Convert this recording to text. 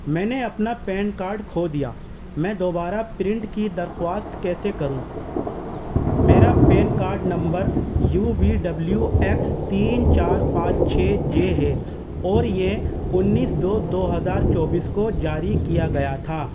میں نے اپنا پین کارڈ کھو دیا میں دوبارہ پرنٹ کی درخواست کیسے کروں میرا PAN card number U V W X تین چار پانچ چھ جے ہے اور یہ انیس دو دو ہزار چوبیس کو جاری کیا گیا تھا